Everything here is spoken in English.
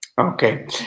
okay